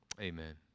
Amen